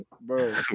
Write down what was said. Bro